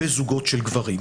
וזוגות של גברים,